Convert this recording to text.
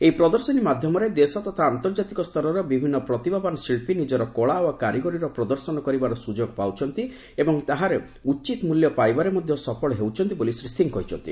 ଏହି ପ୍ରଦର୍ଶନୀ ମାଧ୍ୟମରେ ଦେଶ ତଥା ଆନ୍ତର୍ଜାତିକ ସ୍ତରର ବିଭିନ୍ନ ପ୍ରତିଭାବାନ ଶିଳ୍ପୀ ନିଜର କଳା ଓ କାରିଗରିର ପ୍ରଦର୍ଶନ କରିବାର ସ୍ରଯୋଗ ପାଉଛନ୍ତି ଏବଂ ତାହାରେ ଉଚିତ ମୂଲ୍ୟ ପାଇବାରେ ମଧ୍ୟ ସଫଳ ହେଉଛନ୍ତି ବୋଲି ଶ୍ରୀ ସିଂହ କହିଛନ୍ତି